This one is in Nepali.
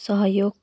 सहयोग